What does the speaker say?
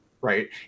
right